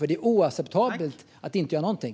Det är oacceptabelt att inte göra någonting.